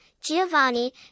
Giovanni